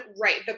right